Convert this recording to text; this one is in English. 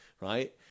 right